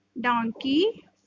donkey